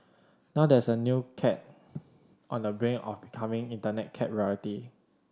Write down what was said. now there is a new cat on the brink of becoming Internet cat royalty